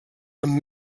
amb